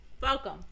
Welcome